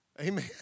Amen